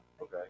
Okay